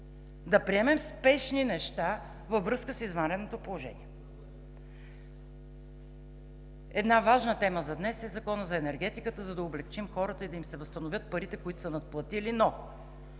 да приемем спешни неща във връзка с извънредното положение. Една важна тема за днес е Законът за енергетиката, за да облекчим хората и да им се възстановят парите, които са надплатили. Но